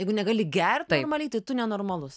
jeigu negali gert normaliai tai tu nenormalus